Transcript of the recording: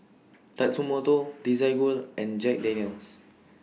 Tatsumoto Desigual and Jack Daniel's